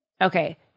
Okay